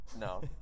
No